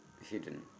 hidden